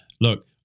look